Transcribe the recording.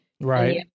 Right